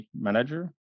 manager